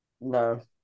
No